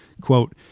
quote